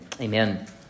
Amen